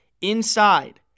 inside